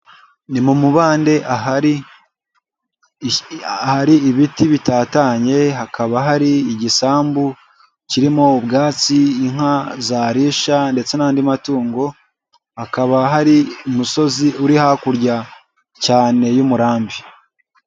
Ni mumubande ahari ahari ibiti bitatanye hakaba hari igisambu kirimo ubwatsi inka zarisha ndetse n'andi matungo, hakaba hari umusozi uri hakurya cyane y'umurambi.